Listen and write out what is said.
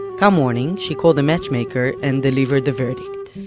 come morning she called the matchmaker and delivered the verdict